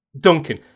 Duncan